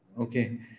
Okay